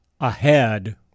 ahead